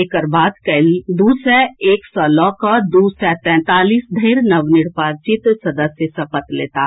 एकर बाद काल्हि दू सय एक सँ लऽ कऽ दू सय तैंतालीस धरि नवनिर्वाचित सदस्य सपत लेताह